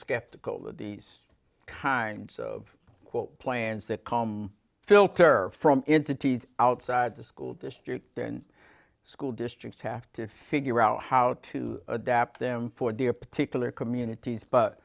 skeptical of these kinds of quote plans that come filter from into teach outside the school district and school districts have to figure out how to adapt them for their particular communities but